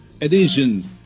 edition